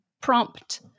prompt